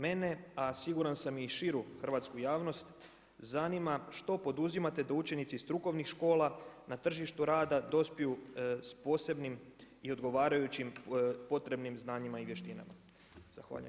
Mene, a siguran sam i širu hrvatsku javnost, zanima što poduzimate da učenici strukovnih škola na tržištu rada dospiju s posebnim i odgovarajućim potrebnim znanjima i vještinama.